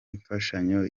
imfashanyo